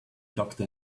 doctor